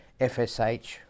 FSH